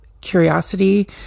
curiosity